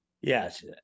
yes